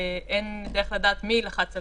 הוא לא יפתור את